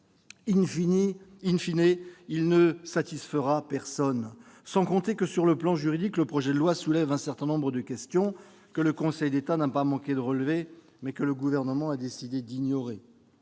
voeux., il ne satisfait personne ! Sans compter que sur le plan juridique, le projet de loi soulève un certain nombre de questions que le Conseil d'État n'a pas manqué de relever, mais que le Gouvernement a décidé d'ignorer.